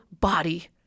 body